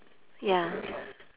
ya